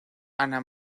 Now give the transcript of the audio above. ana